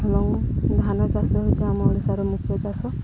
ଏବଂ ଧାନ ଚାଷ ହେଉଛି ଆମ ଓଡ଼ିଶାର ମୁଖ୍ୟ ଚାଷ